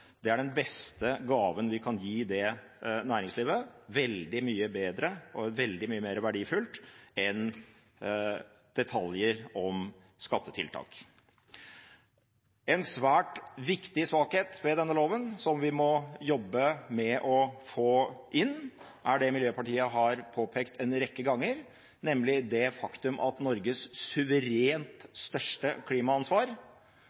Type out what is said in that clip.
er den beste gaven vi kan gi det næringslivet – veldig mye bedre og veldig mye mer verdifullt enn detaljer om skattetiltak. En svært viktig svakhet ved denne loven, som vi må jobbe med å få inn, er det Miljøpartiet har påpekt en rekke ganger, nemlig det faktum at Norges